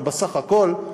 אבל בסך הכול,